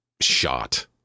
shot